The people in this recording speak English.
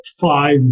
five